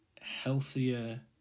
healthier